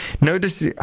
notice